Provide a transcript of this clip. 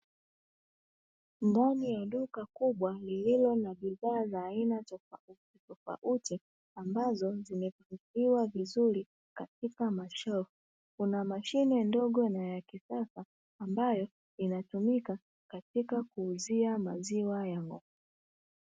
Mboni ya duka kubwa lililo na bidhaa za aina tofautitofauti ambazo zimepangiliwa vizuri katika mashelfu, kuna mashine ndogo na ya kisasa ambayo inatumika katika kuuzia maziwa ya ng'ombe.